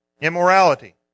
immorality